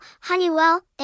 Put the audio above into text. Honeywell